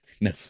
no